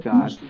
God